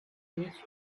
niece